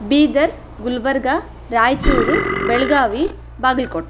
Bidar Gulbarga Raichur Belagavi Bagalkote